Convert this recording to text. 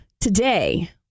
today